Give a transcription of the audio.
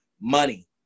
money